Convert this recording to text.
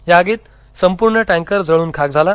या आगीत संपूर्ण टँकर जळून खाक झाला